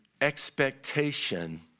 expectation